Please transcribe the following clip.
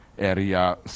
Area